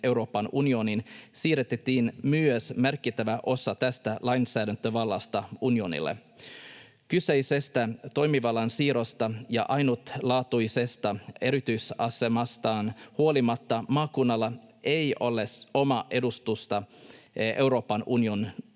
Euroopan unioniin, siirrettiin myös merkittävä osa tästä lainsäädäntövallasta unionille. Kyseisestä toimivallan siirrosta ja ainutlaatuisesta erityisasemastaan huolimatta maakunnalla ei ole omaa edustusta Euroopan unionin